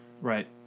Right